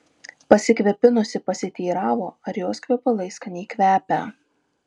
pasikvėpinusi pasiteiravo ar jos kvepalai skaniai kvepią